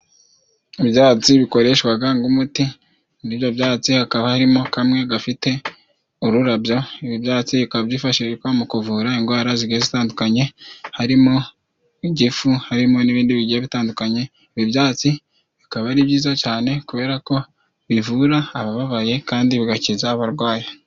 Ibyatsi bikoreshwaga ng'umuti muri ibyo byatse hakaba harimo kamwe gafite ururabyo. Ibi byatsi bikaba byifashishwa mu kuvura ingwara zitandukanye harimo igifu, harimo n'ibindi bigiye bitandukanye. Ibi byatsi bikaba ari byiza cyane kubera ko bivura abababaye kandi bigakiza abarwayi.